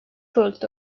fullt